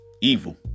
Evil